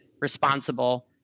responsible